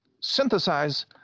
synthesize